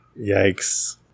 Yikes